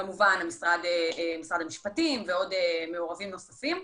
כמובן משרד המשפטים ומעורבים נוספים.